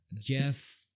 Jeff